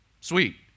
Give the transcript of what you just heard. Sweet